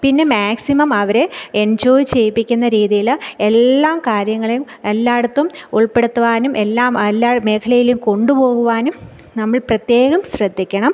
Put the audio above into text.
പിന്നെ മാക്സിമം അവരെ എൻജോയ് ചെയ്യിപ്പിക്കുന്ന രീതിയിൽ എല്ലാ കാര്യങ്ങളെയും എല്ലായിടത്തും ഉൾപ്പെടുത്തുവാനും എല്ലാ എല്ലാ മേഖലയിലും കൊണ്ടു പോകുവാനും നമ്മൾ പ്രത്യേകം ശ്രദ്ധിക്കണം